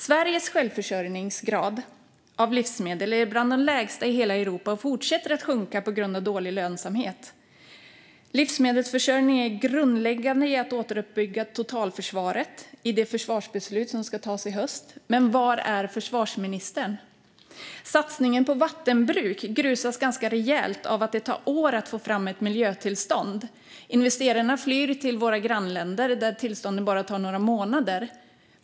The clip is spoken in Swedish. Sveriges självförsörjningsgrad när det gäller livsmedel är bland de lägsta i hela Europa och fortsätter att sjunka på grund av dålig lönsamhet. Livsmedelsförsörjning är grundläggande för att återuppbygga totalförsvaret i det försvarsbeslut som ska fattas i höst. Men var är försvarsministern? Satsningen på vattenbruk grusas rejält på grund av att det tar år att få fram ett miljötillstånd. Investerarna flyr till våra grannländer där tillstånden bara tar några månader.